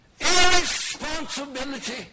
Irresponsibility